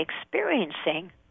experiencing